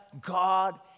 God